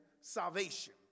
salvation